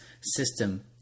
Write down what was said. system